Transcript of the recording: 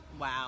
Wow